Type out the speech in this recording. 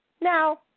Now –